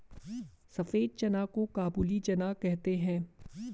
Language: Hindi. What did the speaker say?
सफेद चना को काबुली चना कहते हैं